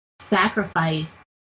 sacrifice